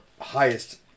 highest